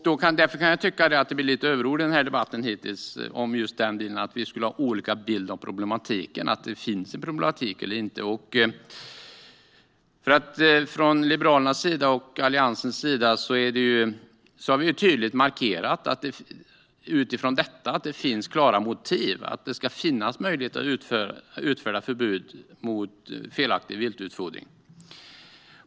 Därför kan jag tycka att man använder överord i denna debatt beträffande att vi skulle ha olika bild av problematiken, eller huruvida det finns en problematik eller inte. Från Liberalernas och Alliansens sida har vi tydligt markerat att det finns klara motiv för att det ska finnas möjlighet att utfärda förbud mot felaktig viltutfodring.